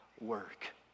work